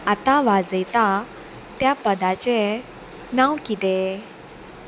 आतां वाजयता त्या पदाचें नांव कितें